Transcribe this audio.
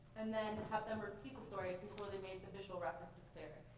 and then have them repeat the stories until they made the visual references clear.